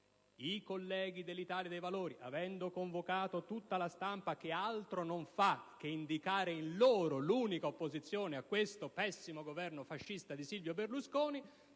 I colleghi dell'Italia dei Valori, avendo convocato tutta la stampa, che altro non fa che indicare in loro l'unica opposizione a questo pessimo Governo fascista di Silvio Berlusconi,